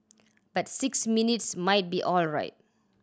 but six minutes might be alright